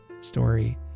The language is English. story